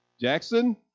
Jackson